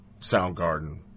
Soundgarden